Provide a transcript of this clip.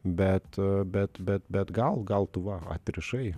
bet bet bet gal gal tu va atrišai